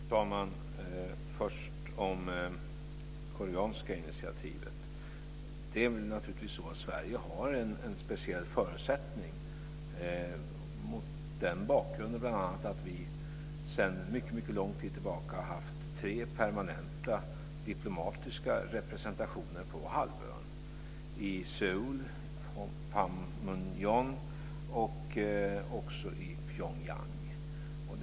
Fru talman! När det först gäller det koreanska initiativet har Sverige naturligtvis en speciell förutsättning, bl.a. mot den bakgrunden att vi sedan mycket lång tid tillbaka har haft tre permanenta diplomatiska representationer på halvön, i Seoul, i Panmunjon och i Pyongyang.